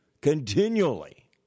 continually